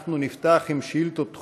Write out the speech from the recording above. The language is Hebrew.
אנחנו נפתח עם שאילתות דחופות.